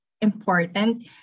important